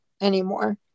anymore